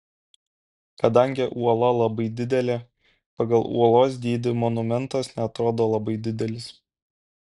kadangi uola labai didelė pagal uolos dydį monumentas neatrodo labai didelis